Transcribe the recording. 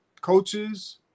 coaches